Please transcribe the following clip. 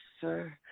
sir